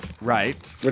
Right